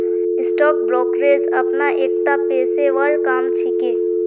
stock brokerage अखना एकता पेशेवर काम छिके